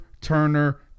Turner